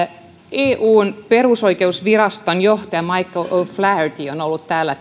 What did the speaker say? eun perusoikeusviraston johtaja michael oflaherty on täällä